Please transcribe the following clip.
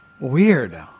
Weird